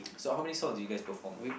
so how many songs did you guys perform